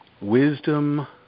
wisdom